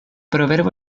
proverbo